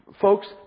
Folks